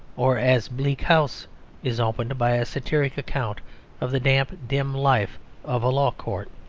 or as bleak house is opened by a satiric account of the damp, dim life of a law court.